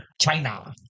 China